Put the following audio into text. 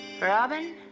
Robin